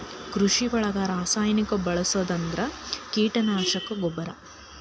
ಕೃಷಿ ಒಳಗ ರಾಸಾಯನಿಕಾ ಬಳಸುದ ಅಂದ್ರ ಕೇಟನಾಶಕಾ, ಗೊಬ್ಬರಾ